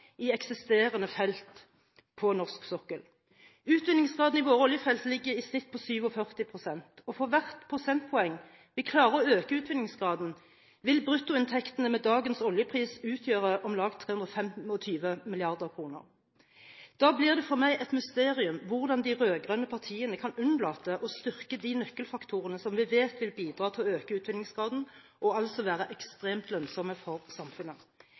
i eksisterende felt på norsk sokkel. Utvinningsgraden i våre oljefelt ligger i snitt på 47 pst. For hvert prosentpoeng vi klarer å øke utvinningsgraden, vil bruttoinntektene med dagens oljepris utgjøre om lag 325 mrd. kr. Da blir det for meg et mysterium hvordan de rød-grønne partiene kan unnlate å styrke de nøkkelfaktorene som vi vet vil bidra til å øke utvinningsgraden og altså være ekstremt lønnsomme for samfunnet.